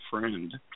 friend